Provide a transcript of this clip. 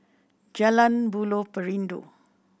Jalan Buloh Perindu